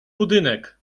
budynek